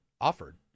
offered